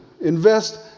Invest